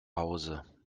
hause